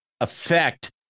affect